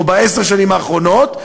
או בעשר השנים האחרונות,